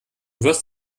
wirst